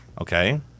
Okay